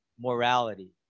morality